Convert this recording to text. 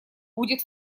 будет